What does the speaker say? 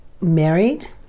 married